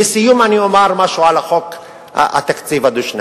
לסיום, אני אומר משהו על חוק התקציב הדו-שנתי.